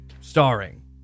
Starring